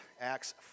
Acts